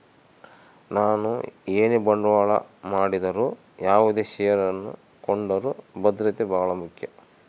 ನಾವು ಏನೇ ಬಂಡವಾಳ ಮಾಡಿದರು ಯಾವುದೇ ಷೇರನ್ನು ಕೊಂಡರೂ ಭದ್ರತೆ ಬಹಳ ಮುಖ್ಯ